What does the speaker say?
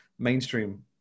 mainstream